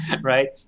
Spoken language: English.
right